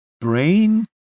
brain